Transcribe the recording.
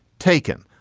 taken.